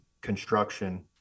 construction